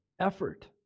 effort